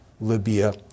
Libya